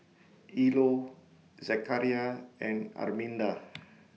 Ilo Zechariah and Arminda